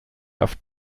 auf